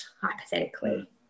hypothetically